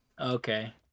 Okay